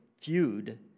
feud